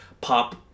pop